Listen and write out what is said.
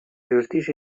justícia